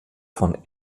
von